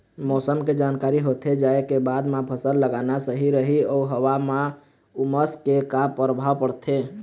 मौसम के जानकारी होथे जाए के बाद मा फसल लगाना सही रही अऊ हवा मा उमस के का परभाव पड़थे?